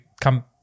come